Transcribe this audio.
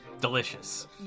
Delicious